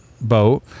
boat